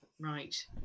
Right